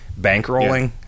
Bankrolling